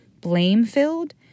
blame-filled